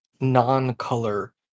non-color